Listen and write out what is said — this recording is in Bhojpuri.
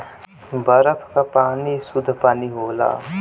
बरफ क पानी सुद्ध पानी होला